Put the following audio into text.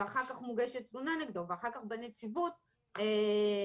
אחר כך מוגשת תלונה נגדו ואחר כך בנציבות הוא